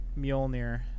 Mjolnir